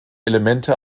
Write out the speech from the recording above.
elemente